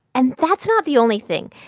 and that's not the only thing.